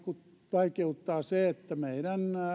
vaikeuttaa se että meidän